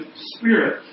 spirit